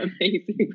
amazing